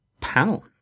panel